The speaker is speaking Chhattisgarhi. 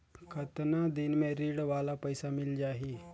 कतना दिन मे ऋण वाला पइसा मिल जाहि?